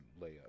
layup